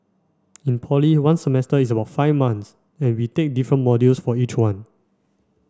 in poly one semester is about five months and we take different modules for each one